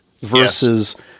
versus